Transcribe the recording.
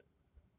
how I know like